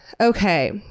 Okay